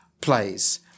plays